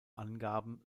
angaben